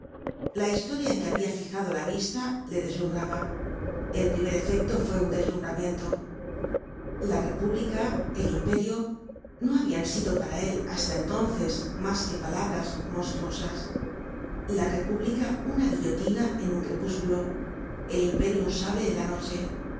la historia en que habia fijado la vista le deslumhraba el primer efecto fue un deslumbramiento la república el imperio no habian sido para él hasta entonces mas que palabras monstruosas la república una guillotina en un crepúsculo el imperio un sable en la noche